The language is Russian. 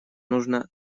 нужно